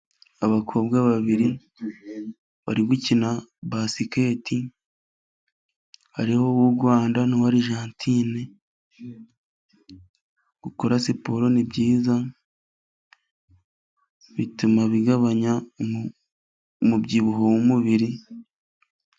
Abakobwa babiri, bari gukina basikete hari uw'u Rwanda, n'uwarijantine . Gukora siporo nibyiza bituma bigabanya umubyibuho w'umubiri.